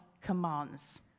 commands